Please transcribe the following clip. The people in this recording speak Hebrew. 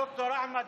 ד"ר אחמד,